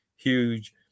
Huge